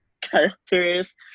characters